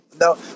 no